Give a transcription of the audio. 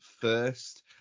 first